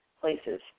places